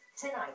tonight